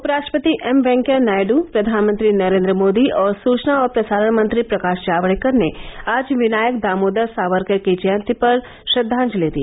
उपराष्ट्रपति एम वेंकैया नायडु प्रधानमंत्री नरेंद्र मोदी और सूचना और प्रसारण मंत्री प्रकाश जावडेकर ने आज विनायक दामोदर सावरकर की जयंती पर श्रद्वांजलि दी